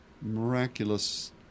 miraculous